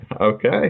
Okay